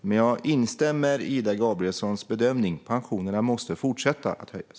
Men jag instämmer i Ida Gabrielssons bedömning: Pensionerna måste fortsätta att höjas.